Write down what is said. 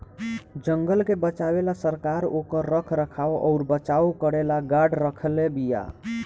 जंगल के बचावे ला सरकार ओकर रख रखाव अउर बचाव करेला गार्ड रखले बिया